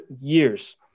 years